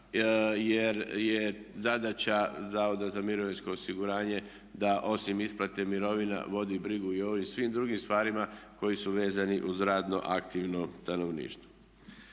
jer je zadaća Zavoda za mirovinsko osiguranje da osim isplate mirovina vodi brigu i o ovim svim drugim stvarima koji su vezani uz radno aktivno stanovništvo.